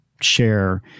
share